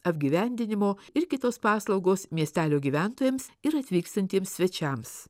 apgyvendinimo ir kitos paslaugos miestelio gyventojams ir atvyksiantiems svečiams